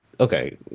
Okay